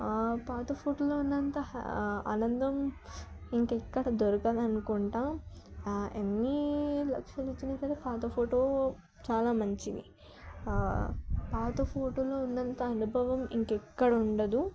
పాత ఫోటోలో ఉన్నంత హ్యా ఆనందం ఇంకెక్కడ దొరకదు అనుకుంటూ ఎన్ని లక్షలు ఇచ్చినా సరే పాత ఫోటో చాలా మంచిది పాత ఫోటోలో ఉన్నంత అనుభవం ఇంకెక్కడ ఉండదు